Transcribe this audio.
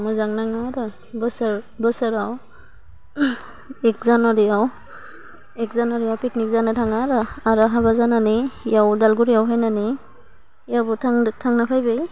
मोजां नाङो आरो बोसोर बोसोराव एक जानुवारियाव एक जानुवारियाव पिगनिक जानो थाङो आरो आरो हाबा जानानै बेयाव अदालगुरियाव फैनानै बेयावबो थांदो थांना फैबाय